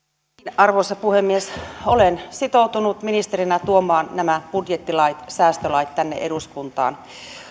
arvoisa puhemies olen sitoutunut ministerinä tuomaan nämä budjettilait säästölait tänne eduskuntaan